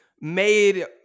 made